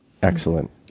Excellent